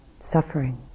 Suffering